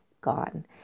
gone